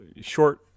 short